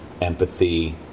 empathy